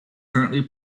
currently